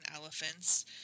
elephants